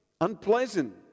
Unpleasant